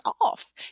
off